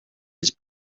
his